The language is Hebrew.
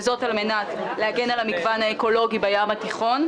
וזאת על מנת להגן על המגוון האקולוגי בים התיכון,